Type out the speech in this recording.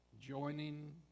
joining